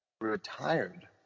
retired